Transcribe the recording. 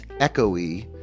echoey